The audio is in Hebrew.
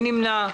מי נמנע?